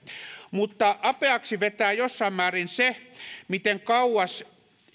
mutta apeaksi vetää jossain määrin se miten kauas